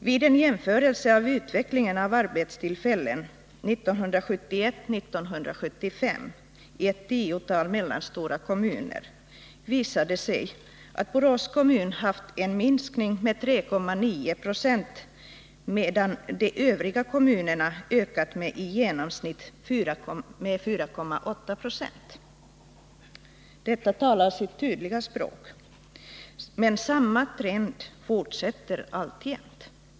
Vid en jämförelse beträffande utvecklingen av arbetstillfällen 1971-1975 i ett tiotal mellanstora kommuner visar det sig att Borås kommun haft en minskning med 3,9 20, medan de övriga kommunerna haft en ökning med i genomsnitt 4,8 26. Denna jämförelse talar sitt tydliga språk. Samma trend fortsätter alltjämt.